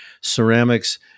ceramics